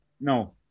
No